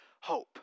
hope